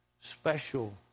special